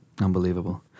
unbelievable